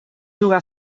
jugar